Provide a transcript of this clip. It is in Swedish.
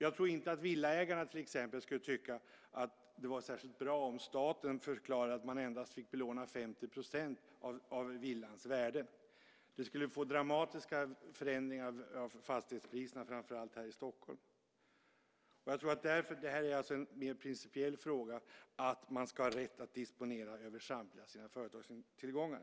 Jag tror inte att till exempel villaägarna skulle tycka att det var särskilt bra om staten förklarade att man endast fick belåna 50 % av villans värde. Det skulle innebära dramatiska förändringar av fastighetspriserna, framför allt här i Stockholm. Det är alltså en mer principiell fråga att man ska ha rätt att disponera över samtliga sina företagstillgångar.